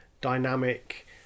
dynamic